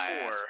four